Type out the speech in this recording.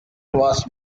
was